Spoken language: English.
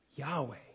Yahweh